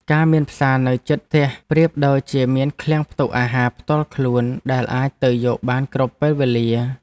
ការមានផ្សារនៅជិតផ្ទះប្រៀបដូចជាមានឃ្លាំងផ្ទុកអាហារផ្ទាល់ខ្លួនដែលអាចទៅយកបានគ្រប់ពេលវេលា។